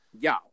y'all